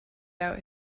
out